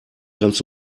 kannst